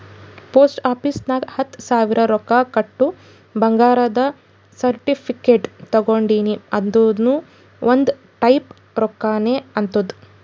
post office ನಾಗ್ ಹತ್ತ ಸಾವಿರ ರೊಕ್ಕಾ ಕೊಟ್ಟು ಬಂಗಾರದ ಸರ್ಟಿಫಿಕೇಟ್ ತಗೊಂಡಿನಿ ಅದುನು ಒಂದ್ ಟೈಪ್ ರೊಕ್ಕಾನೆ ಆತ್ತುದ್